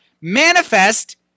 manifest